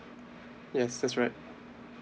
yes that's right